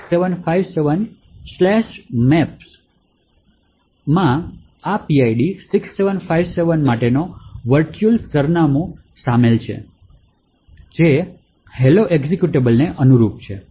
હવે file proc ના 6757maps આ PID 6757 માટેનો વર્ચુઅલ સરનામું આધાર શામેલ છે જે હેલો એક્ઝેક્યુટેબલને અનુરૂપ છે